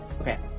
Okay